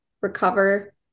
recover